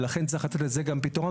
ולכן צריך לתת לזה גם פתרון,